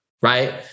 Right